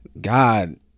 God